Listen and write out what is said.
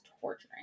torturing